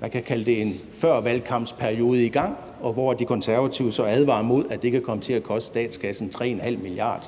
man kan kalde det en førvalgkampsperiode i gang, hvor De Konservative så advarer imod, at det kan komme til at koste statskassen 3,5 mia.